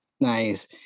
Nice